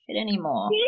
anymore